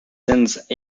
since